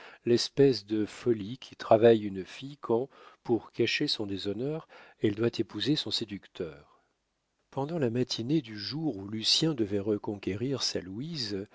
l'espèce de folie qui travaille une fille quand pour cacher son déshonneur elle doit épouser son séducteur pendant la matinée du jour où lucien devait reconquérir sa louise